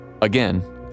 Again